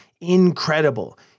Incredible